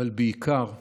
אבל בעיקר אחד-אחד.